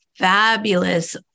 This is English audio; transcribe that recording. fabulous